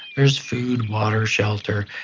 there's food, water, shelter,